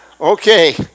Okay